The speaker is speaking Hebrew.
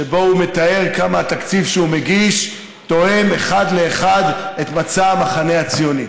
שבו הוא מתאר כמה התקציב שהוא מגיש תואם אחד לאחד את מצע המחנה הציוני.